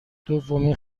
دومین